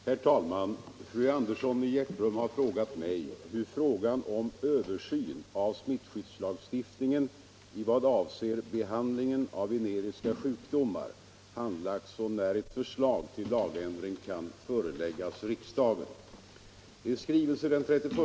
Herr talman! Fru Andersson i Hjärtum har frågat mig hur frågan om översyn av smittskyddslagstiftningen i vad avser behandlingen av veneriska sjukdomar handlagts och när ett förslag till lagändring kan föreläggas riksdagen.